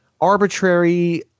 arbitrary